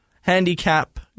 handicap